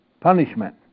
punishment